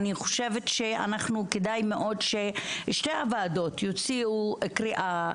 אני חושבת שכדאי מאוד ששתי הוועדות יוציאו קריאה